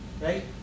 right